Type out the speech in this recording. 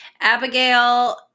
Abigail